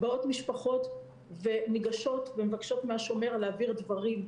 באות משפחות וניגשות ומבקשות מהשומר להעביר דברים,